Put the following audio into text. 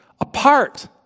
apart